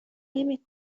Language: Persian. نمی